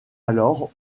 alors